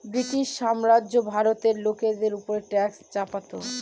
British সাম্রাজ্য ভারতীয় লোকের ওপর ট্যাক্স চাপাতো